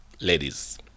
ladies